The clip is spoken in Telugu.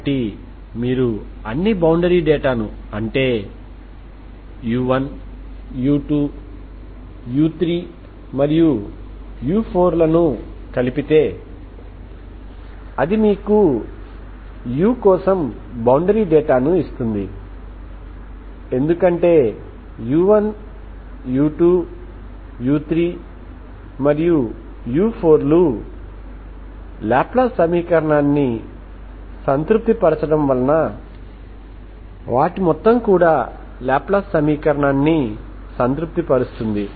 కాబట్టి మీరు అన్ని బౌండరీ డేటాను అంటే u1 u2 u3 మరియు u4 కలిపితే అది మీకు u కోసం బౌండరీ డేటాను ఇస్తుంది ఎందుకంటే u1 u2 u3 మరియు u4 లు లాప్లాస్ సమీకరణాన్ని సంతృప్తి పరచడం వలన వాటి మొత్తం కూడా లాప్లాస్ సమీకరణాన్ని సంతృప్తిపరుస్తుంది